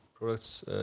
products